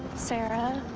sarah,